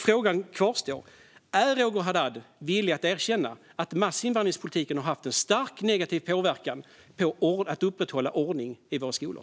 Frågan kvarstår: Är Roger Haddad villig att erkänna att massinvandringspolitiken har haft starkt negativ påverkan när det gäller att upprätthålla ordning i våra skolor?